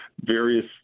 various